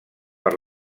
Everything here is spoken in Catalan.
per